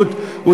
באחריות.